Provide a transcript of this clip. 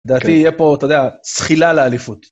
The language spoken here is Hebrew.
לדעתי יהיה פה אתה יודע, זחילה לאליפות.